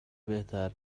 بهتر